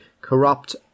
corrupt